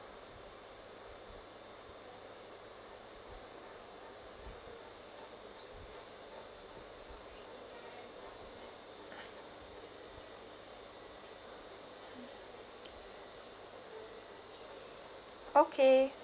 okay